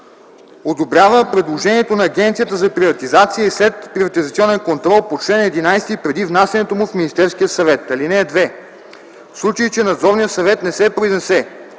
одобрява предложението на Агенцията за приватизация и следприватизационен контрол по чл. 11 преди внасянето му в Министерския съвет. (2) В случай че надзорният съвет не се произнесе